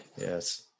yes